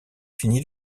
fini